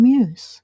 Muse